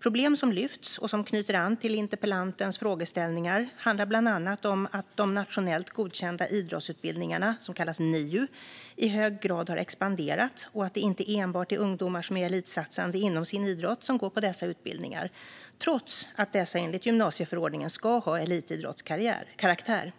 Problem som lyfts och som knyter an till interpellantens frågeställningar handlar bland annat om att de nationellt godkända idrottsutbildningarna, som kallas NIU, i hög grad har expanderat och att det inte enbart är ungdomar som är elitsatsande inom sin idrott som går på dessa utbildningar, trots att dessa enligt gymnasieförordningen ska ha elitidrottskaraktär.